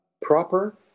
proper